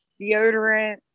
deodorant